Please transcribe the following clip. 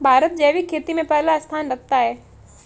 भारत जैविक खेती में पहला स्थान रखता है